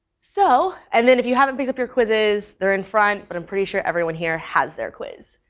so and then if you haven't picked up your quizzes, they're in front, but i'm pretty sure everyone here has their quiz.